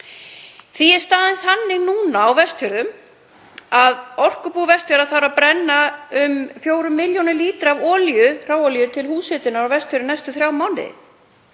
Því er staðan þannig núna á Vestfjörðum að Orkubú Vestfjarða þarf að brenna um 4 milljónum lítra af hráolíu til húshitunar á Vestfjörðum næstu þrjá mánuði.